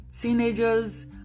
teenagers